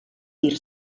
dir